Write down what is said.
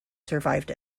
survived